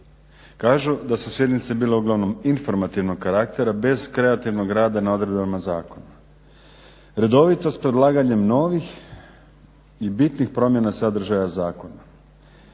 Kažu da su sjednice bilo uglavnom informativnog karaktera bez kreativnog rada na odredbama zakona, redovitost predlaganjem novih i bitnih promjena sadržaja zakona.